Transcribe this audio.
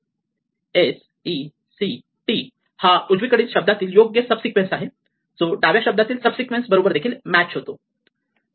s e c t हा उजवीकडील शब्दातील योग्य सब सिक्वेन्स आहे जो डाव्या शब्दातील सब सिक्वेन्स बरोबर देखील मॅच होतो